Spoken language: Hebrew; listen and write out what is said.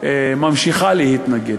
היא ממשיכה להתנגד.